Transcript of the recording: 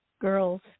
girls